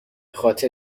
خاطر